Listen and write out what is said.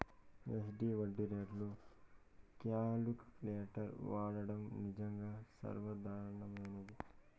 SD వడ్డీ రేట్లు calculator వాడడం నిజంగా సర్వసాధారణమైనది